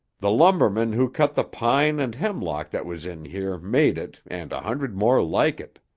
the lumbermen who cut the pine and hemlock that was in here made it and a hundred more like it.